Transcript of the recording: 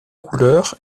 couleur